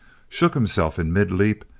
shook himself in mid-leap,